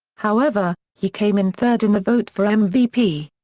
however, he came in third in the vote for mvp.